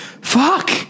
fuck